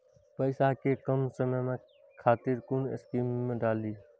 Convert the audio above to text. पैसा कै कम समय खातिर कुन स्कीम मैं डाली?